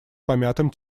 помятым